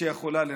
שיכולה לנצח.